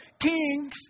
kings